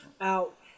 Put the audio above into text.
out